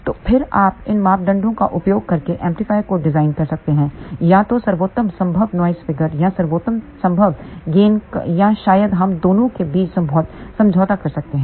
तो फिर आप इन मापदंडों का उपयोग करके एम्पलीफायर को डिजाइन कर सकते हैं या तो सर्वोत्तम संभव नॉइस फिगर या सर्वोत्तम संभव गेन या शायद हम दोनों के बीच समझौता कर सकते हैं